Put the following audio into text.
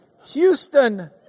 Houston